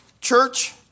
church